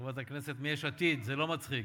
חברת הכנסת מיש עתיד, זה לא מצחיק.